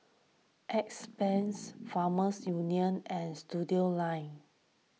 Farmers Union and Studioline